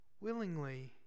willingly